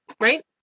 right